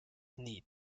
need